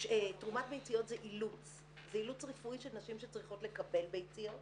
תרומת ביציות זה אילוץ רפואי של נשים שצריכות לקבל ביציות.